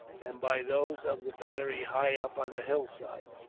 and by those of the battery high up on the hillside,